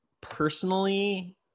Personally